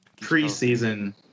preseason